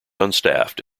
unstaffed